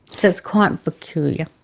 it's it's quite peculiar.